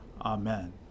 Amen